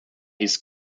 his